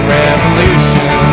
revolution